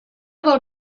del